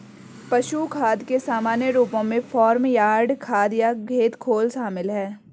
पशु खाद के सामान्य रूपों में फार्म यार्ड खाद या खेत घोल शामिल हैं